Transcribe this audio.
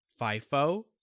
FIFO